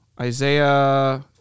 Isaiah